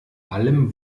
allem